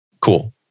Cool